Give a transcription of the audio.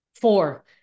Four